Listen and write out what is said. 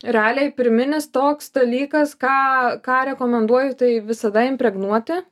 realiai pirminis toks dalykas ką ką rekomenduoju tai visada impregnuoti